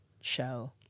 show